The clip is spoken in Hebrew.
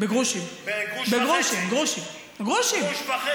בתחומים הסוציאליים החברתיים אני מסכימה איתך.